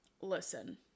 listen